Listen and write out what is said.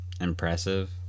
impressive